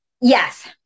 yes